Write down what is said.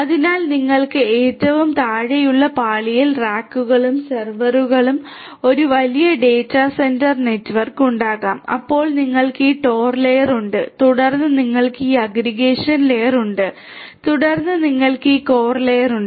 അതിനാൽ നിങ്ങൾക്ക് ഏറ്റവും താഴെയുള്ള പാളിയിൽ റാക്കുകളും സെർവറുകളുമുള്ള ഒരു വലിയ ഡാറ്റാ സെന്റർ നെറ്റ്വർക്ക് ഉണ്ടാകും അപ്പോൾ നിങ്ങൾക്ക് ഈ ടോർ ലെയർ ഉണ്ട് തുടർന്ന് നിങ്ങൾക്ക് ഈ അഗ്രഗേഷൻ ലെയർ ഉണ്ട് തുടർന്ന് നിങ്ങൾക്ക് ഈ കോർ ലെയർ ഉണ്ട്